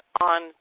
on